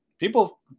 People